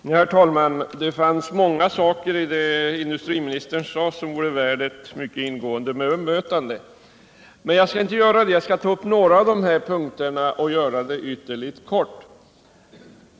Herr talman! Det finns många saker i det industriministern sade som vore värda ett ingående bemötande. Men jag skall bara ta upp några punkter.